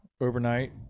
overnight